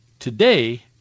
Today